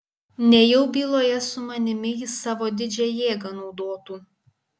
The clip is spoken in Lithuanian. nejau byloje su manimi jis savo didžią jėgą naudotų